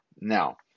Now